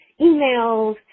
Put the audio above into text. emails